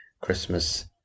christmas